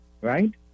right